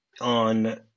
On